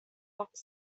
box